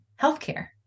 healthcare